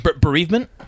Bereavement